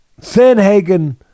Sanhagen